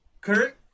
Kurt